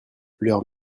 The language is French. leurs